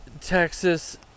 Texas